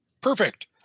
perfect